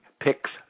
picks